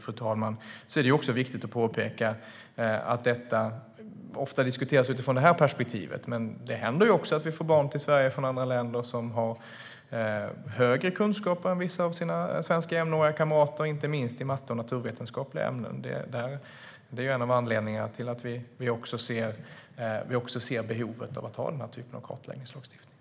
Avslutningsvis är det också viktigt att påpeka att detta ofta diskuteras utifrån det här perspektivet. Men det händer ju också att det kommer barn till Sverige från länder där man har högre kunskapsnivå än vissa av de svenska jämnåriga kamraterna, inte minst i matte och naturvetenskapliga ämnen. Det är en av anledningarna till att vi också ser behovet av att ha den här typen av kartläggningslagstiftning.